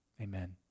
Amen